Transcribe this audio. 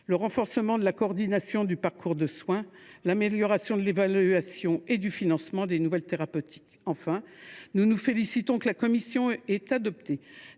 le renforcement de la coordination du parcours de soins, l’amélioration de l’évaluation et du financement des nouvelles thérapeutiques. Enfin, nous nous félicitons que la commission ait adopté